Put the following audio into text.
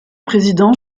président